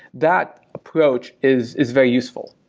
that approach is is very useful,